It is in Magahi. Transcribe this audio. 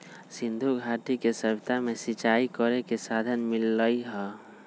सिंधुघाटी के सभ्यता में सिंचाई करे के साधन मिललई ह